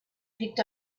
picked